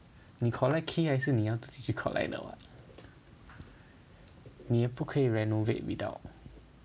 你 collect key 还是你要自己去 collect 的 [what] 你不可以 renovate without